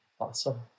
Awesome